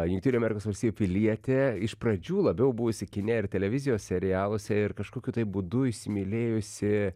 jungtinių amerikos valstijų pilietė iš pradžių labiau buvusi kine ir televizijos serialuose ir kažkokiu tai būdu įsimylėjusi